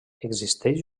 existeix